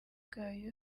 bwayo